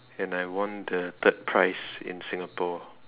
and I won the third prize in Singapore